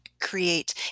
create